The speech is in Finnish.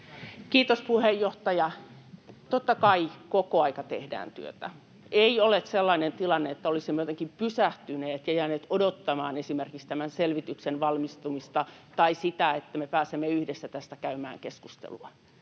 Kiitos, puheenjohtaja! Totta kai koko ajan tehdään työtä. Ei ole sellainen tilanne, että olisimme jotenkin pysähtyneet ja jääneet odottamaan esimerkiksi tämän selvityksen valmistumista tai sitä, että me pääsemme yhdessä tästä käymään keskustelua.